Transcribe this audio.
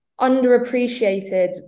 underappreciated